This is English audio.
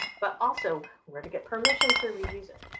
but also where to get permission to reuse it.